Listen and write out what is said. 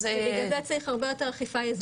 ובגלל זה צריך הרבה יותר אכיפה יזומה.